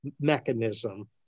mechanism